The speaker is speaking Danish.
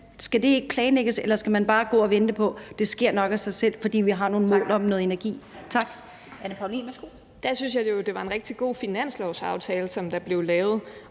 Skal det ikke planlægges? Eller skal man bare gå og vente på, at det nok sker af sig selv, fordi vi har nogle mål for noget energi?